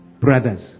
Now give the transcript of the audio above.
brothers